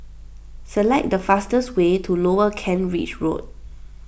select the fastest way to Lower Kent Ridge Road